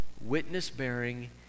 witness-bearing